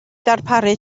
darparu